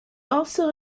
also